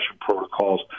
protocols